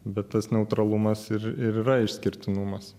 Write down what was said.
bet tas neutralumas ir ir yra išskirtinumas